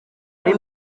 ari